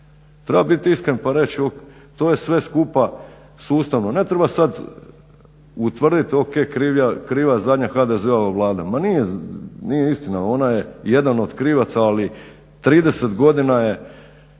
Treba biti iskren pa reći to je sve skupa sustavno. Ne treba sad utvrditi ok kriva je zadnja HDZ-ova Vlada. Ma nije istina, ona je jedan od krivaca ali 30 godina je